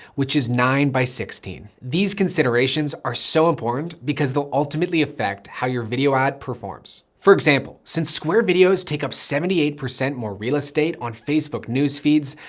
which is nine by sixteen. these considerations are so important because they'll ultimately affect how your video ad performs. for example, since squared videos take up seventy eight percent more real estate on facebook newsfeed.